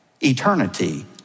eternity